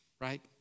right